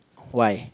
why